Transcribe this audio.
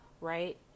right